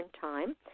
Time